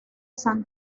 san